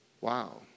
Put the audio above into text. Wow